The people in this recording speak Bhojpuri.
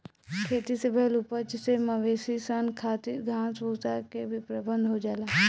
खेती से भईल उपज से मवेशी सन खातिर घास भूसा के भी प्रबंध हो जाला